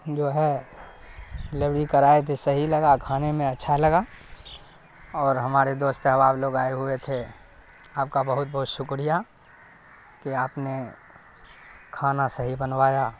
جو ہے ڈلیوری کرائے تھے صحیح لگا کھانے میں اچھا لگا اور ہمارے دوست احباب لوگ آئے ہوئے تھے آپ کا بہت بہت شکریہ کہ آپ نے کھانا صحیح بنوایا